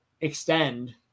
extend